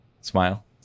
smile